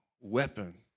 weapon